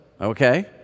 Okay